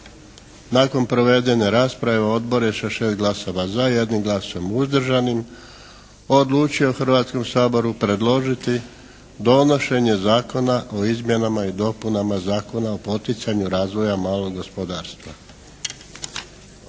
Nakon provedene rasprave odbor je sa 6 glasova za, 1 glasom uzdržanim odlučio Hrvatskom saboru predložiti donošenje Zakona o izmjenama i dopunama Zakona o poticanju razvoja malog gospodarstva.